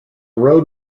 road